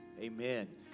Amen